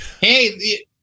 Hey